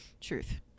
Truth